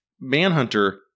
Manhunter-